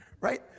right